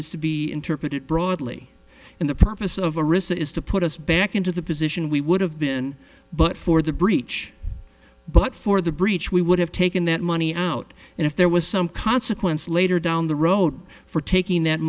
has to be interpreted broadly in the purpose of a receipt is to put us back into the position we would have been but for the breach but for the breach we would have taken that money out and if there was some consequence later down the road for taking that